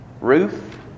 Ruth